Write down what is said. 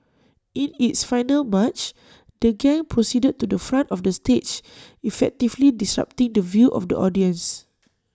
in its final March the gang proceeded to the front of the stage effectively disrupting the view of the audiences